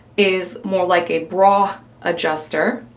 is more like a bra adjuster,